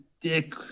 dick